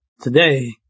Today